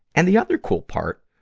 and the other cool part,